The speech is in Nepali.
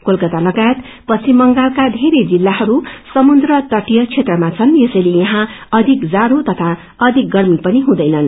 कोलकाता अनि पश्चिम बंगालका धेरै जिल्लाहरू समुन्द्र तटीय क्षेत्रमा छन् यसैले यहाँ अधिक जाढ़ो र अधिक गर्मी पनि हुँदैनन्